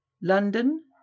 London